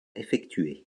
effectuées